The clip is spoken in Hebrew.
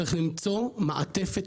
צריך למצוא מעטפת